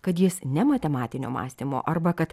kad jis ne matematinio mąstymo arba kad